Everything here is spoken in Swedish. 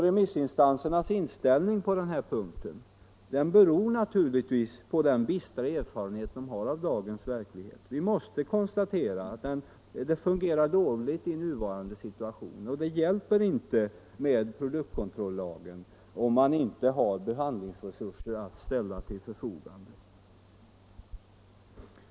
Remissinstansernas inställning på den här punkten beror naturligtvis på den bistra erfarenhet de har av dagens verklighet. Vi måste konstatera att det fungerar dåligt i nuvarande situation, och det hjälper inte med produktkontrollagen, om man inte har behandlingsresurser att ställa till förfogande.